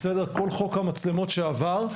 כל חוק המצלמות שעבר,